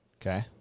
Okay